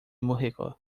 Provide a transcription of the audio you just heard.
músico